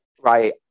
Right